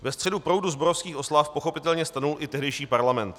Ve středu proudu zborovských oslav pochopitelně stanul i tehdejší parlament.